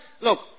Look